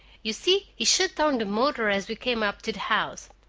you see he shut down the motor as we came up to the house.